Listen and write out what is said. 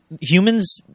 humans